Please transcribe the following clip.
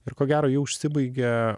ir ko gero ji užsibaigia